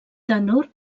tenor